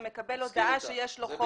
והוא מקבל הודעה שיש לו חוב.